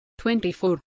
24